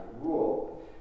rule